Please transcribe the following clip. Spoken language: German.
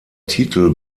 titel